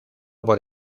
por